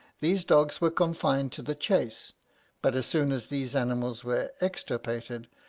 these dogs were confined to the chase but as soon as these animals were extirpated,